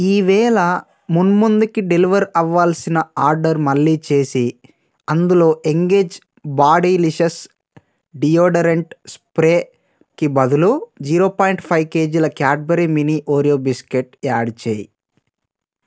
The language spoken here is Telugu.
ఈవేళ మున్ముందుకి డెలివర్ అవ్వాల్సిన ఆర్డర్ మళ్ళీ చేసి అందులో ఎంగేజ్ బాడీలిషస్ డియోడరెంట్ స్ప్రేకి బదులు జీరో పాయింట్ ఫైవ్ కేజీల Cadbury mini Oreo biscuit add చేయి